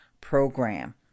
program